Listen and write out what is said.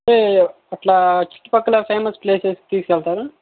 అంటే అట్లా చుట్టూ పక్కల ఫేమస్ ప్లేసెస్ తీసుకెళ్తారు